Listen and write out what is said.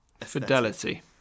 Fidelity